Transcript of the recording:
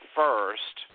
first